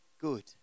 good